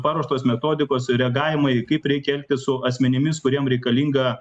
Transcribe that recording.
paruoštos metodikos reagavimui kaip reikia elgtis su asmenimis kuriem reikalinga